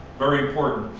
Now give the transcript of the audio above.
very important,